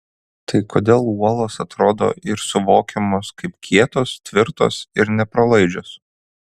tai kodėl uolos atrodo ir suvokiamos kaip kietos tvirtos ir nepralaidžios